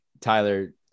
Tyler